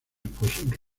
pues